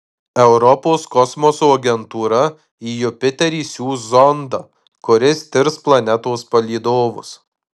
europos kosmoso agentūra į jupiterį siųs zondą kuris tirs planetos palydovus